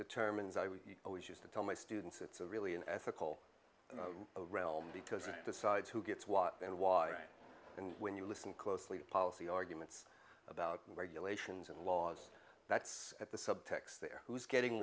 determines i we always used to tell my students it's a really an ethical realm because it decides who gets what and why and when you listen closely to policy arguments about regulations and laws that's at the subtext there who's getting